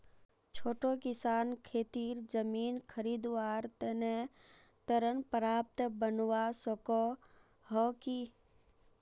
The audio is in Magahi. छोटो किसान खेतीर जमीन खरीदवार तने ऋण पात्र बनवा सको हो कि?